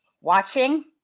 watching